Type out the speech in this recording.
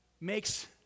makes